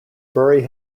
bury